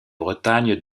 bretagne